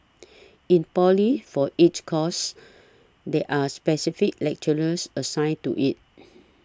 in poly for each course there are specific lecturers assigned to it